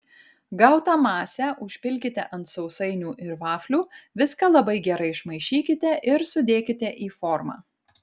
gautą masę užpilkite ant sausainių ir vaflių viską labai gerai išmaišykite ir sudėkite į formą